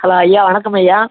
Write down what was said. hello ஐயா வணக்கம் ஐயா